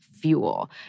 fuel